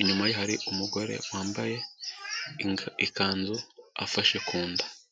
inyuma ye hari umugore wambaye ikanzu, afashe ku nda.